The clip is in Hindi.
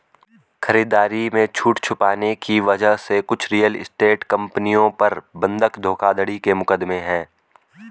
खरीदारी में छूट छुपाने की वजह से कुछ रियल एस्टेट कंपनियों पर बंधक धोखाधड़ी के मुकदमे हैं